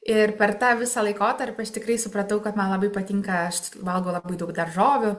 ir per tą visą laikotarpį aš tikrai supratau kad man labai patinka aš valgau labai daug daržovių